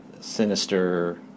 sinister